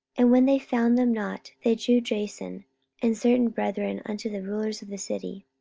and when they found them not, they drew jason and certain brethren unto the rulers of the city,